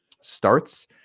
starts